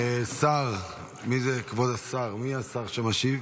השר, מי זה כבוד השר, מי השר שמשיב?